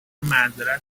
معذرت